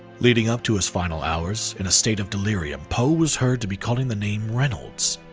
leading up to his final hours, in a state of delirium, poe was heard to be calling the name reynolds.